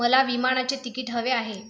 मला विमानाचे तिकीट हवे आहे